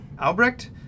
Albrecht